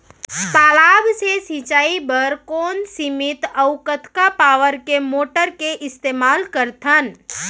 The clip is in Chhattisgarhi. तालाब से सिंचाई बर कोन सीमित अऊ कतका पावर के मोटर के इस्तेमाल करथन?